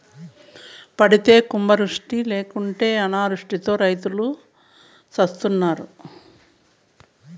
పడితే కుంభవృష్టి లేకుంటే అనావృష్టితో రైతులు సత్తన్నారు